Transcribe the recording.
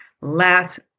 last